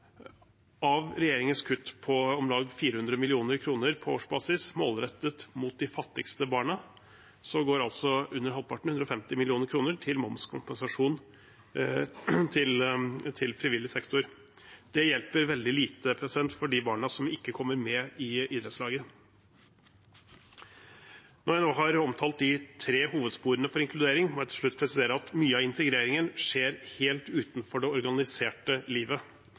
Av regjeringens kutt på om lag 400 mill. kr på årsbasis – målrettet mot de fattigste barna – går under halvparten, altså 150 mill. kr, til momskompensasjon til frivillig sektor. Det hjelper veldig lite for de barna som ikke kommer med i idrettslaget. Når jeg nå har omtalt de tre hovedsporene for inkludering, må jeg til slutt presisere at mye av integreringen skjer helt utenfor det organiserte livet.